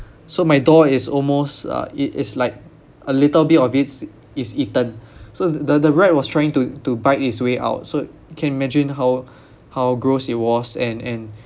so my door is almost uh it is like a little bit of its is eaten so the the rat was trying to to bite its way out so you can imagine how how gross it was and and